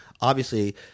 obviously-